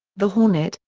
the hornet,